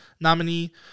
nominee